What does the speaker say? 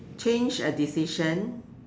change a decision